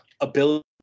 ability